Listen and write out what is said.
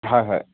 হয় হয়